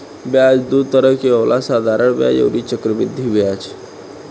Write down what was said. ब्याज दू तरह के होला साधारण ब्याज अउरी चक्रवृद्धि ब्याज